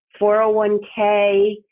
401k